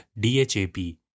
DHAP